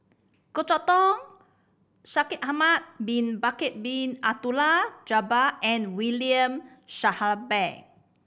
Goh Chok Tong Shaikh Ahmad Bin Bakar Bin Abdullah Jabbar and William Shellabear